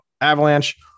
avalanche